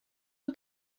die